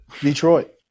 Detroit